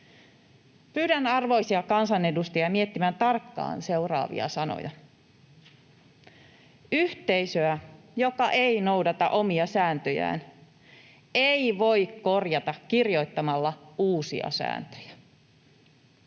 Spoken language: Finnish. Pyydän arvoisia kansanedustajia miettimään tarkkaan seuraavia sanoja: Yhteisöä, joka ei noudata omia sääntöjään, ei voi korjata kirjoittamalla uusia sääntöjä.